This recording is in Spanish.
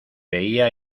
veía